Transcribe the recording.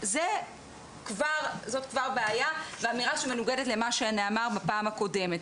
זאת כבר בעיה ואמירה שמנוגדת למה שנאמר בפעם הקודמת.